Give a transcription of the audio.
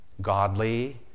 godly